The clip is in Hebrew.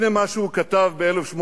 הנה מה שהוא כתב ב-1896: